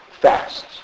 fast